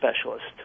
specialist